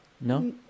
No